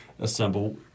assemble